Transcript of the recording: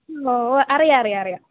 ഓ അറിയാം അറിയാം അറിയാം